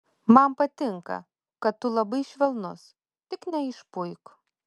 man patinka kad tu labai švelnus tik neišpuik